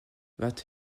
vingt